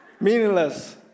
Meaningless